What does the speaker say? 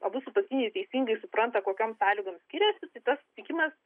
abu sutuoktiniai supranta kokiom sąlygom skiriasi tai tas susitikimas